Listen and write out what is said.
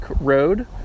road